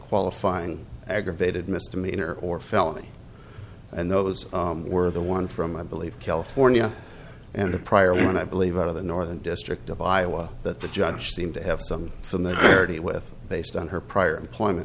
qualifying aggravated misdemeanor or felony and those were the one from i believe california and a prior one i believe out of the northern district of iowa that the judge seemed to have some familiarity with based on her prior employment